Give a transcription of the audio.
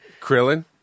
Krillin